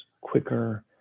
quicker